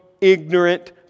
ignorant